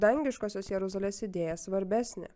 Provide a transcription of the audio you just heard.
dangiškosios jeruzalės idėja svarbesnė